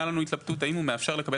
הייתה לנו התלבטות האם הוא מאפשר לקבל